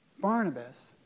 Barnabas